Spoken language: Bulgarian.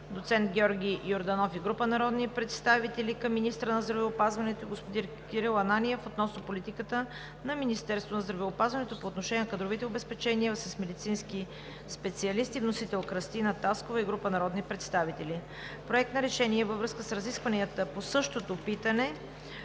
доцент Георги Йорданов и група народни представители към министъра на здравеопазването господин Кирил Ананиев относно политиката на Министерството на здравеопазването по отношение на кадровите обезпечения с медицински специалисти. Вносител: Кръстина Таскова и група народни представители. Проект на решение във връзка с разискванията по питане